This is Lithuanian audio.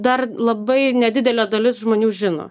dar labai nedidelė dalis žmonių žino